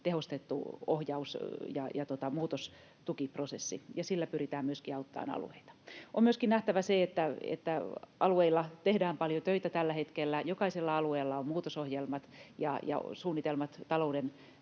tehostettu ohjaus- ja muutostukiprosessi, ja sillä pyritään myöskin auttamaan alueita. On myöskin nähtävä se, että alueilla tehdään paljon töitä tällä hetkellä. Jokaisella alueella on muutosohjelmat ja suunnitelmat talouden